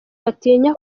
batinya